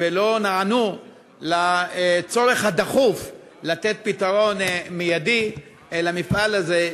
ולא נענו לצורך הדחוף לתת פתרון מיידי למפעל הזה,